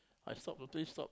I stop totally stop